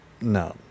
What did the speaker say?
no